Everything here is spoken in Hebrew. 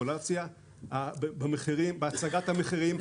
למניפולציה בהצגת המחירים.